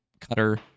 cutter